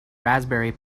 raspberry